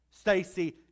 Stacy